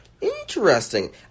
Interesting